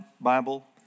Bible